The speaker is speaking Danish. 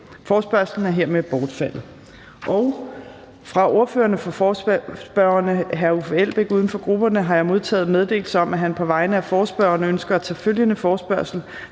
Forespørgslen er hermed bortfaldet. Fra ordføreren for forespørgerne Uffe Elbæk (UFG) har jeg modtaget meddelelse om, at han på vegne af forespørgerne ønsker at tage følgende forespørgsel